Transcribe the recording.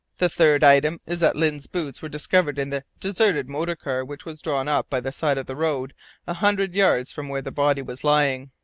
the third item is that lyne's boots were discovered in the deserted motor-car which was drawn up by the side of the road a hundred yards from where the body was lying.